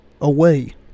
away